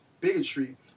bigotry